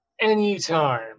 Anytime